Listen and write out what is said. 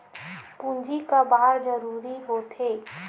पूंजी का बार जरूरी हो थे?